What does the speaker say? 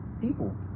people